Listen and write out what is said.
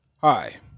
Hi